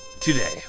Today